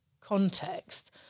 context